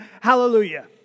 Hallelujah